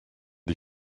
die